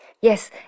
Yes